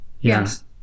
Yes